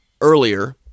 earlier